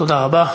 תודה רבה.